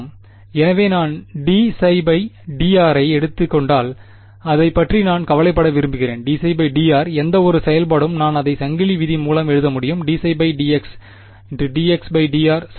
எனவே நான் dψ dr ஐ எடுத்துக் கொண்டால் அதைப் பற்றி நான் கவலைப்பட விரும்புகிறேன் dψ dr எந்தவொரு செயல்பாடும் நான் அதை சங்கிலி விதி மூலம் எழுத முடியும் dψ dx dx dr சரி